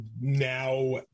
now